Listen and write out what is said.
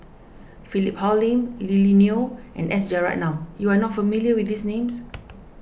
Philip Hoalim Lily Neo and S Rajaratnam you are not familiar with these names